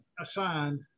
assigned